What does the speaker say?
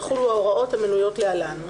יחולו ההוראות המנויות להלן: